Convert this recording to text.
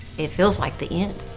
it feels like the end.